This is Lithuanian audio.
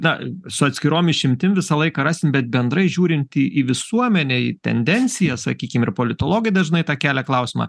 na su atskirom išimtim visą laiką rasim bet bendrai žiūrint į į visuomenę į tendencijas sakykim ir politologai dažnai tą kelia klausimą